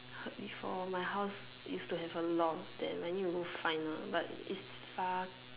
heard before my house use to have a lot of there but then we need to go and find now but is far